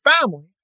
family